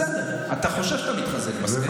בסדר, אתה חושב שאתה מתחזק בסקרים.